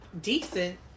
decent